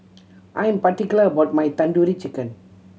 I am particular about my Tandoori Chicken